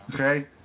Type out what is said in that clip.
Okay